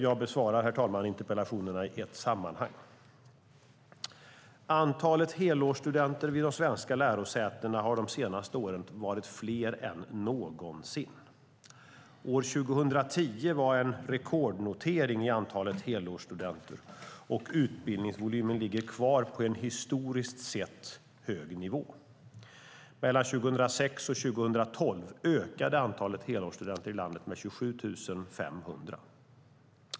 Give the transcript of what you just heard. Jag besvarar interpellationerna i ett sammanhang, herr talman. Antalet helårsstudenter vid de svenska lärosätena har de senaste åren varit fler än någonsin. År 2010 var en rekordnotering i antalet helårsstudenter, och utbildningsvolymen ligger kvar på en historiskt sett hög nivå. Mellan 2006 och 2012 ökade antalet helårsstudenter i landet med 27 500.